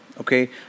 okay